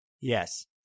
Yes